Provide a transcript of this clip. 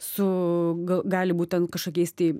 su ga gali būt ten kažkokiais tai